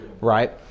right